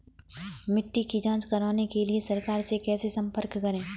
मिट्टी की जांच कराने के लिए सरकार से कैसे संपर्क करें?